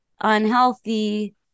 unhealthy